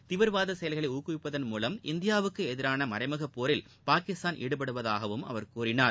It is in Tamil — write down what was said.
தீவிரவாத செயல்களை ஊக்குவிப்பதன் மூலம் இந்தியாவுக்கு எதிரான மறைமுகப் போரில் பாகிஸ்தான் ஈடுபடுவதாகவும் அவர் கூறினார்